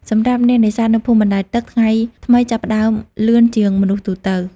សម្រាប់អ្នកនេសាទនៅភូមិបណ្តែតទឹក ថ្ងៃថ្មីចាប់ផ្តើមលឿនជាងមនុស្សទូទៅ។